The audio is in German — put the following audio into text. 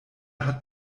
hat